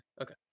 okay